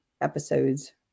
episodes